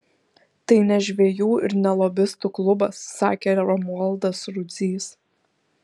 tai ne žvejų ir ne lobistų klubas sakė romualdas rudzys